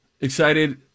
Excited